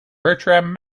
bertram